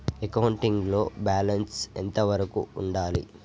Accounting లో balance ఎంత వరకు ఉండాలి?